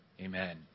Amen